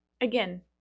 again